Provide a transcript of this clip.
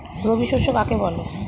রবি শস্য কাকে বলে?